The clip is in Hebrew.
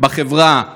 בחברה היהודית.